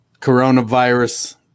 coronavirus